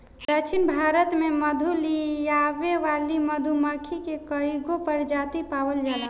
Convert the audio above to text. दक्षिण भारत में मधु लियावे वाली मधुमक्खी के कईगो प्रजाति पावल जाला